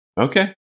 Okay